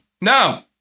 No